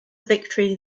victory